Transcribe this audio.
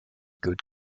good